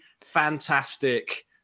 fantastic